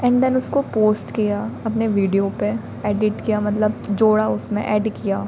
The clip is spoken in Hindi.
एंड देन उसको पोस्ट किया अपने वीडियो पर एडिट किया मतलब जोड़ा उसमें ऐड किया